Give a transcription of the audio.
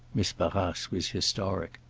miss barrace was historic.